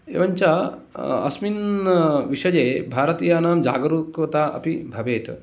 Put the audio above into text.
एवञ्च अस्मिन् विषये भारतीयानां जागरुकता अपि भवेत्